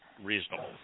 reasonable